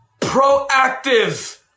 proactive